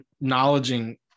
acknowledging